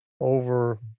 over